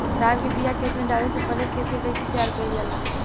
धान के बिया खेत में डाले से पहले खेत के कइसे तैयार कइल जाला?